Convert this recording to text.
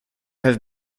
have